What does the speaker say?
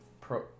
Pro